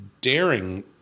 daring